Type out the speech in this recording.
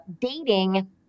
dating